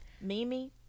mimi